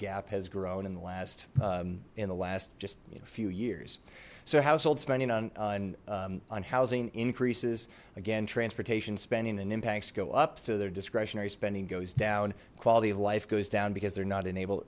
gap has grown in the last in the last just a few years so household spending on on housing increases again transportation spending and impacts go up so their discretionary spending goes down quality of life goes down because they're not enable